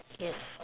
yes